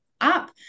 up